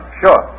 sure